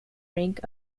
rank